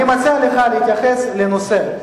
אני מציע לך להתייחס לנושא,